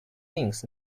things